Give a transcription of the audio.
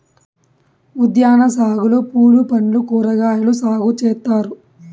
ఉద్యాన సాగులో పూలు పండ్లు కూరగాయలు సాగు చేత్తారు